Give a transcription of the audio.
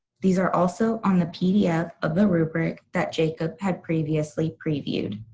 these are also on the pdf of the rubric that jacob had previously previewed.